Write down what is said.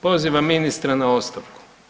Pozivam ministra na ostavku.